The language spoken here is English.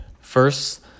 First